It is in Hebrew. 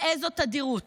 באיזו תדירות,